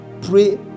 pray